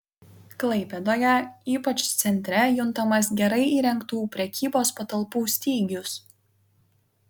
klaipėdoje ypač centre juntamas gerai įrengtų prekybos patalpų stygius